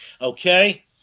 okay